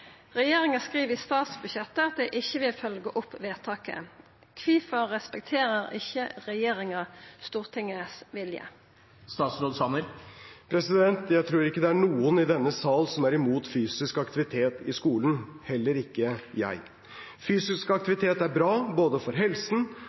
Regjeringa skriv i statsbudsjettet at dei ikkje vil følgje opp vedtaket. Kvifor respekterer ikkje regjeringa Stortingets vilje?» Jeg tror ikke det er noen i denne sal som er imot fysisk aktivitet i skolen, heller ikke jeg. Fysisk